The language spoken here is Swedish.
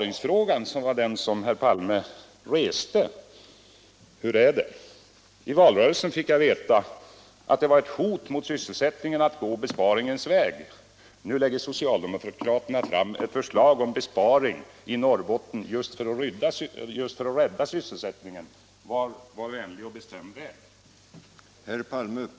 Hur är det i besparingsfrågan, som herr Palme reste? I valrörelsen fick jag veta att det var ett hot mot sysselsättningen att gå besparingens väg. Nu lägger socialdemokraterna fram ett besparingsförslag för Norrbotten för att rädda sysselsättningen. Var vänlig och bestäm vilken väg ni skall följa!